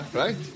right